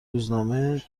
روزنامه